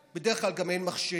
ובדרך כלל גם אין מחשב,